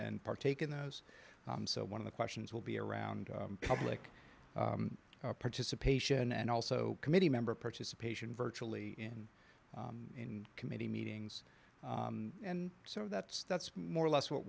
and partake in those so one of the questions will be around public participation and also committee member participation virtually in in committee meetings and so that's that's more or less what